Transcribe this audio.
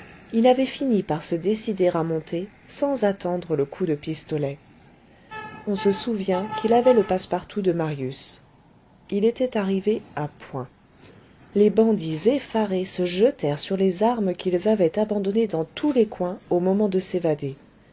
il avait fini par se décider à monter sans attendre le coup de pistolet on se souvient qu'il avait le passe-partout de marius il était arrivé à point les bandits effarés se jetèrent sur les armes qu'ils avaient abandonnées dans tous les coins au moment de s'évader